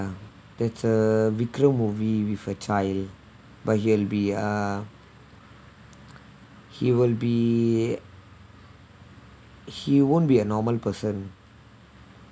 that's a vikram movie with a child but he'll be uh he will be he won't be a normal person